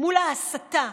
מול ההסתה.